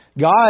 God